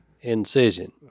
incision